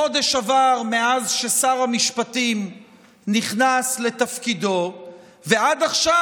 חודש עבר מאז ששר המשפטים נכנס לתפקידו ועד עכשיו